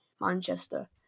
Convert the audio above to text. Manchester